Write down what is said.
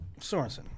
Sorensen